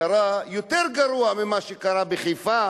קרה בבאר-שבע יותר גרוע ממה שקרה בחיפה,